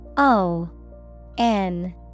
O-N